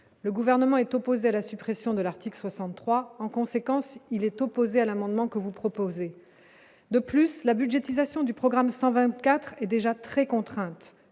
le gouvernement est opposé à la suppression de l'article 63 en conséquence, il est opposé à l'amendement que vous proposez de plus la budgétisation du programme 124 est déjà très contrainte